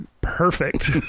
perfect